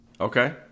Okay